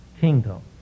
kingdom